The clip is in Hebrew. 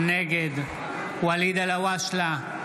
נגד ואליד אלהואשלה,